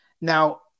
Now